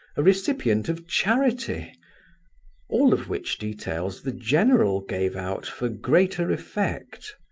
a recipient of charity all of which details the general gave out for greater effect!